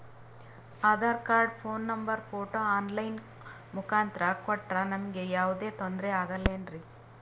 Aadhaar card, phone number, photo online ಮುಖಾಂತ್ರ ಕೊಟ್ರ ನಮಗೆ ಯಾವುದೇ ತೊಂದ್ರೆ ಆಗಲೇನ್ರಿ?